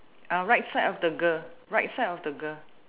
uh right side of the girl right side of the girl